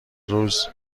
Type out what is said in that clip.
روز